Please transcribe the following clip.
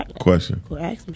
Question